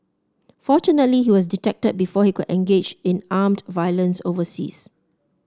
fortunately he was detected before he could engage in armed violence overseas